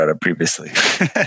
previously